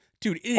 dude